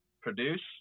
produce